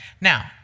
Now